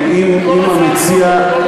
אם המציע,